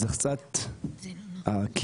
זה קצת, כי